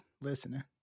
listening